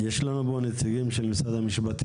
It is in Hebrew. יש לנו פה נציגים של משרד המשפטים?